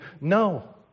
no